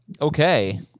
Okay